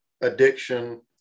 addiction